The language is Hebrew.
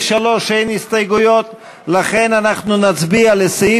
האם להצביע על הסתייגות מס'